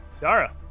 Dara